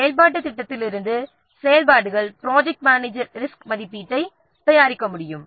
செயல்பாட்டுத் திட்டத்திலிருந்து project manager ரிசோர்ஸ்மதிப்பீட்டைத் தயாரிக்க முடியும்